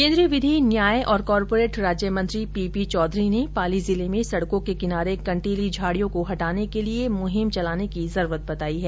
केन्द्रीय विधि न्याय और कॉर्पोरेट राज्य मंत्री पी पी चौधरी ने पाली जिले में सड़कों के किनारे कंटीली झाड़ियों को हटाने के लिए मुहिम चलाई जाने की जरुरत बताई है